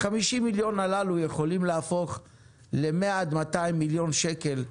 50 המיליון הללו יכולים להפוך ל-100 עד 200 מיליון שקל,